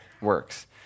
works